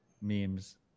memes